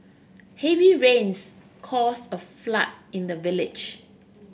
heavy rains caused a flood in the village